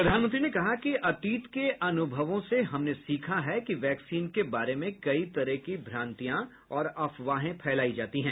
प्रधानमंत्री ने कहा कि अतीत के अनुभवों से हमने सीखा है कि वैक्सीन के बारे में कई तरह की भ्रांतियां और अफवाहें फैलाई जाती हैं